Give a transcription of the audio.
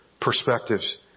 perspectives